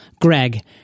Greg